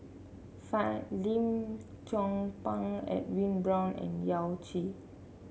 Fan Lim Chong Pang Edwin Brown and Yao Zi